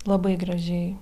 labai gražiai